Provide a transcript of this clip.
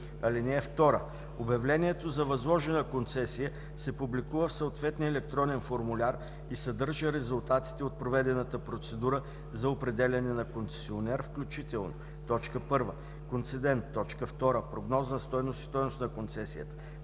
(2) Обявлението за възложена концесия се публикува в съответния електронен формуляр и съдържа резултатите от проведената процедура за определяне на концесионер, включително: 1. концедент; 2. прогнозна стойност и стойност на концесията;